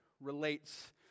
relates